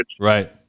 Right